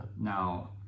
Now